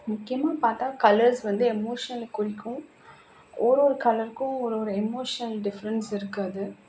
முக்கியமாக பார்த்தா கலர்ஸ் வந்து எமோஷனை குறிக்கும் ஒரு ஒரு கலருக்கும் ஒரு ஒரு எமோஷன் டிஃப்ரென்ட்ஸ் இருக்குது அது